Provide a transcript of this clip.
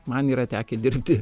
man yra tekę dirbti